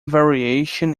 variation